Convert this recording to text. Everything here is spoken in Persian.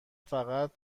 فقط